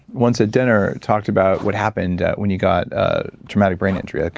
once at dinner, talked about what happened when you got a traumatic brain injury, ah